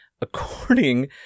According